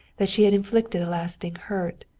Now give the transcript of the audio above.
that she had inflicted a lasting hurt.